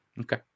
Okay